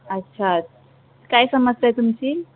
अच्छा काय समस्या आहे तुमची